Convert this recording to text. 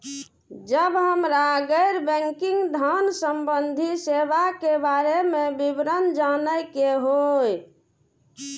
जब हमरा गैर बैंकिंग धान संबंधी सेवा के बारे में विवरण जानय के होय?